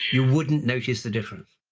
you wouldn't notice the difference.